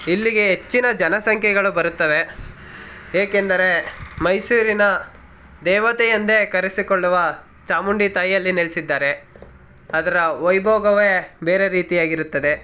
ಇಲ್ಲಿಗೆ ಹೆಚ್ಚಿನ ಜನಸಂಖ್ಯೆಗಳು ಬರುತ್ತವೆ ಏಕೆಂದರೆ ಮೈಸೂರಿನ ದೇವತೆ ಎಂದೇ ಕರೆಸಿಕೊಳ್ಳುವ ಚಾಮುಂಡಿ ತಾಯಿ ಅಲ್ಲಿ ನೆಲೆಸಿದ್ದಾರೆ ಅದರ ವೈಭೋಗವೇ ಬೇರೆ ರೀತಿಯಾಗಿರುತ್ತದೆ